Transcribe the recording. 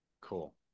Cool